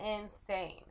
insane